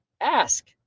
ask